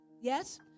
Yes